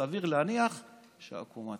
סביר להניח שהעקומה